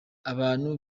abantu